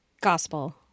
Gospel